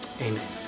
amen